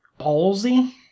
ballsy